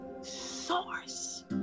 source